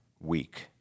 week